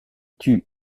tue